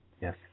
Yes